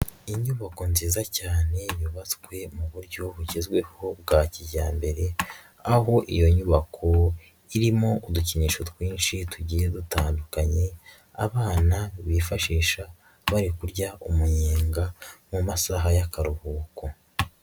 Inyubako nziza cyane yubatswe mu buryo bugezweho bwa kijyambere, aho iyo nyubako irimo udukinisho twinshi tugiye dutandukanye abana bifashisha bari kurya umunyenga mu masaha y'akaruhuko